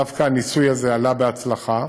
דווקא הניסוי הזה עלה בהצלחה,